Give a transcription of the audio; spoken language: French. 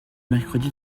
mercredi